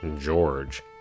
George